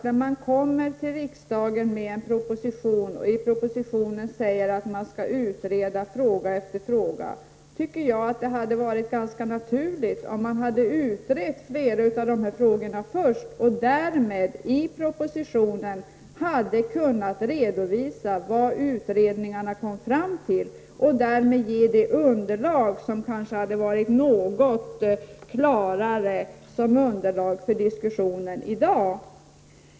När man kommer till riksdagen med en propositio, där man säger att man skall utreda fråga efter fråga, tycker jag att det hade varit ganska naturligt om man hade utrett flera av de frågorna först och därmed i propositionen kunnat redovisa vad utredningen kom fram till, och på så sätt ge ett underlag som kanske hade varit något klarare som underlag för diskussionen i dag.